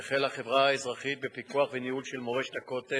החלה חברה אזרחית בפיקוח וניהול של "מורשת הכותל"